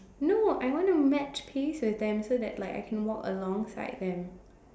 no I wanna match pace with them so that like I can walk alongside them